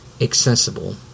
accessible